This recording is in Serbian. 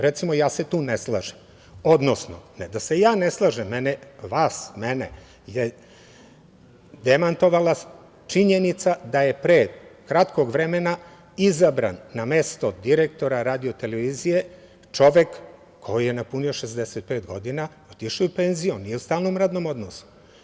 Recimo, ja se tu ne slažem, odnosno ne da se ja ne slažem, vas, mene je demantovala činjenica da je pre kratkog vremena izabran na mesto direktora radio televizije čovek koji je napunio 65 godina, otišao je u penziju, on nije u stalnom radnom odnosu.